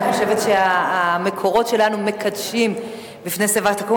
אני חושבת שהמקורות שלנו מקדשים את זה,